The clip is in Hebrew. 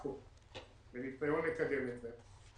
--- בניסיון לקדם את זה.